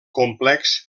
complex